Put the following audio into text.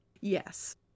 Yes